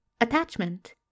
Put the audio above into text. Attachment